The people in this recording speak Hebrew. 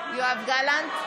גלנט,